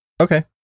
Okay